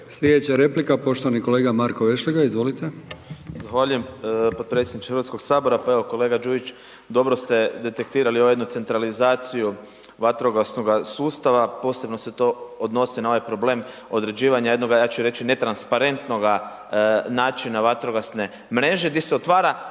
Slijedeća replika poštovani kolega Marko Vešligaj, izvolite. **Vešligaj, Marko (SDP)** Zahvaljujem potpredsjedniče HS, pa evo kolega Đujić dobro ste detektirali ovu jednu centralizaciju vatrogasnoga sustava, posebno se to odnosi na ovaj problem određivanja jednoga, ja ću reći, netransparentnoga načina vatrogasne mreže di se otvara